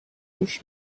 گوش